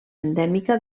endèmica